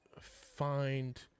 find